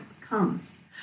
comes